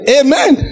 amen